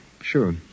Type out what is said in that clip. sure